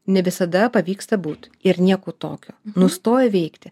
ne visada pavyksta būt ir nieko tokio nustoja veikti